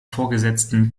vorgesetzten